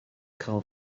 cael